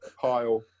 pile